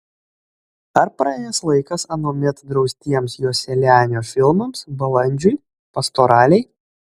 ar praėjęs laikas anuomet draustiems joselianio filmams balandžiui pastoralei